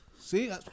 See